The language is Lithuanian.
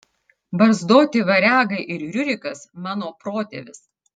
barzdoti variagai ir riurikas mano protėvis